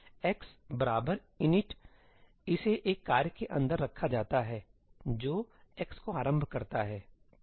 x init इसे एक कार्य के अंदर रखा जाता है जो x को आरंभ करता है